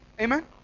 Amen